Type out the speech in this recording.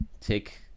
take